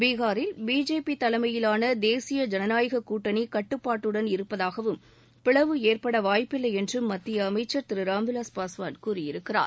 பீஹாரில் பிஜேபி தலைமையிவான தேசிய ஜனநாயக கூட்டணி கட்டுப்பாட்டுடன் இருப்பதாகவும் பிளவு ஏற்பட வாய்ப்பில்லை என்றும் மத்திய அமைச்சர் திரு ராம்விலாஸ் பாஸ்வான் கூறியிருக்கிறார்